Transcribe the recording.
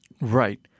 Right